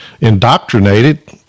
indoctrinated